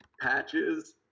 patches